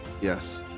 Yes